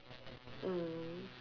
mm